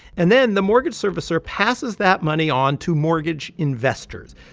and then the mortgage servicer passes that money on to mortgage investors.